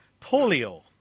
polio